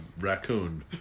raccoon